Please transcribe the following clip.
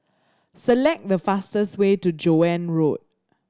select the fastest way to Joan Road